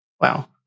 Wow